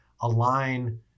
align